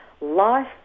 life